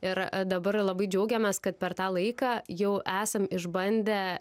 ir dabar labai džiaugiamės kad per tą laiką jau esam išbandę